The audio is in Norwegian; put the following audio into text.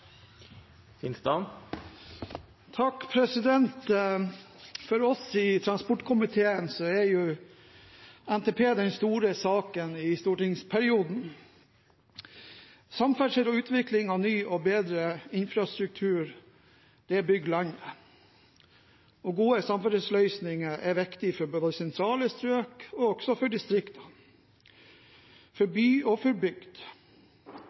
NTP den store saken i stortingsperioden. Samferdsel og utvikling av ny og bedre infrastruktur bygger landet, og gode samferdselsløsninger er viktig både for sentrale strøk og for distriktene, for by og